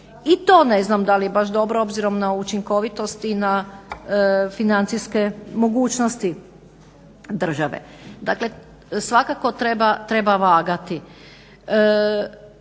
I to ne znam da li je baš dobro obzirom na učinkovitost i na financijske mogućnosti države. Dakle, svakako treba vagati.